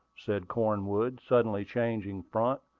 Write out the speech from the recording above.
said cornwood, suddenly changing front,